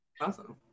awesome